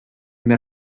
més